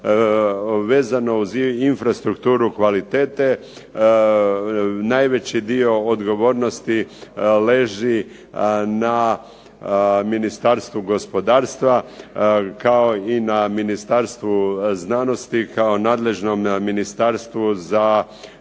vezano uz infrastrukturu kvalitete najveći dio odgovornosti leži na Ministarstvu gospodarstva kao i na Ministarstvu znanosti kao nadležnom ministarstvu za